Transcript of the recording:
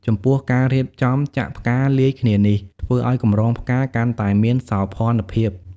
ចំពោះ ការរៀបចំចាក់ផ្កាលាយគ្នានេះធ្វើឲ្យកម្រងផ្កាកាន់តែមានសោភ័ណភាព។